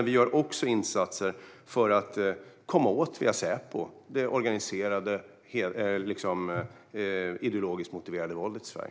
Vi gör också insatser för att via Säpo komma åt det ideologiskt motiverade våldet i Sverige.